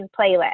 playlist